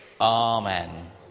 Amen